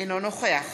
אינו נוכח